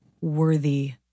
worthy